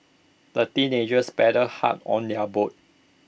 the teenagers paddled hard on their boat